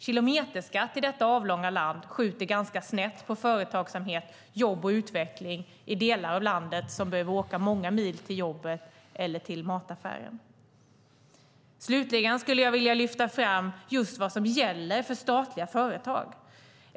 Kilometerskatt skjuter i detta avlånga land ganska snett på företagsamhet, jobb och utveckling i de delar av landet där man behöver åka många mil till jobbet eller mataffären. Slutligen skulle jag vilja lyfta fram vad som gäller för statliga företag.